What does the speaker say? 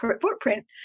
footprint